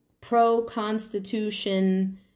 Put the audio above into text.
pro-Constitution